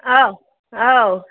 औ औ